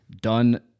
done